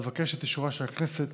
אבקש את אישורה של הכנסת